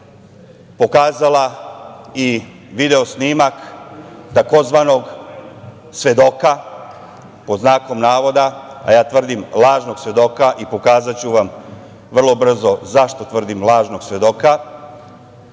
pokazala i video snimak tzv. svedoka, pod znakom navoda, a ja tvrdim lažnog svedoka i pokazaću vam vrlo brzo zašto tvrdim lažnog svedoka,